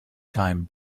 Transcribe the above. time